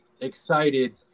excited